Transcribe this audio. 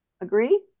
Agree